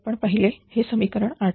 आपण पाहिले हे समीकरण 8